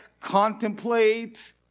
contemplate